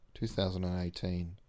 2018